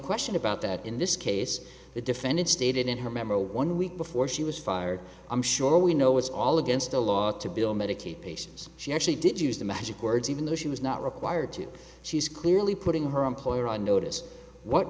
question about that in this case the defendant stated in her member one week before she was fired i'm sure we know it's all against the law to bill medicaid patients she actually did use the magic words even though she was not required to she's clearly putting her employer on notice what